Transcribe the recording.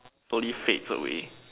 slowly fades away